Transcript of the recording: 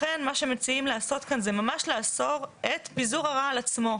לכן מה שמציעים לעשות כאן זה ממש לאסור את פיזור הרעל עצמו.